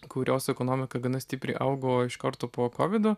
kurios ekonomika gana stipriai augo iš karto po kovido